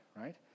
right